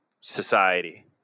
society